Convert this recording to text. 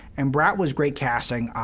and brat was great casting,